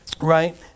Right